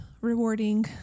rewarding